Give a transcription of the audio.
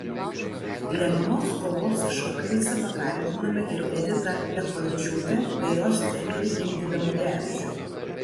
lemiamos kovos išvakarėse pakalbinome ir editą liachovičiūtę bei jos trenerį rimvydą mugevičių